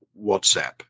WhatsApp